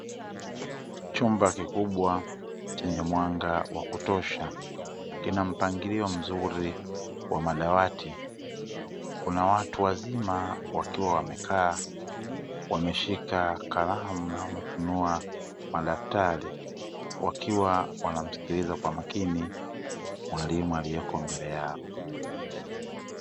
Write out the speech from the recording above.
Chumba kikubwa chenye mwanga wa kutosha kina mpangilio mzuri wa madawati, kuna watu wazima wakiwa wamekaa wameshika kalamu na wamefunua madaftari wakiwa wanamsikiliza kwa makini mwalimu alieko mbele yao.